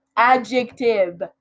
Adjective